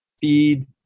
feed